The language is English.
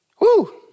Woo